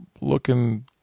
looking